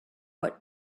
what